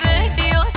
Radio